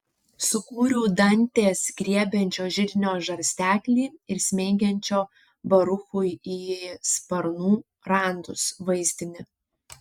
sukūriau dantės griebiančio židinio žarsteklį ir smeigiančio baruchui į sparnų randus vaizdinį